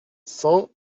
cent